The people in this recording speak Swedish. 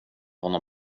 honom